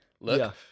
look